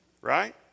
right